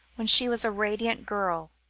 when she was a radiant girl,